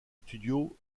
studio